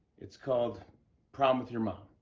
it's called prom with your mom.